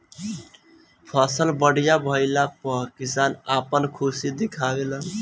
फसल बढ़िया भइला पअ किसान आपन खुशी दिखावे लन